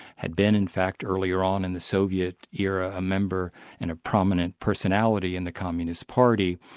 had been in fact earlier on in the soviet era, a member and a prominent personality in the communist party.